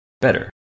Better